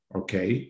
okay